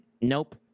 Nope